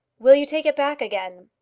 will you take it back again?